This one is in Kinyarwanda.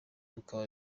tukaba